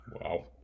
Wow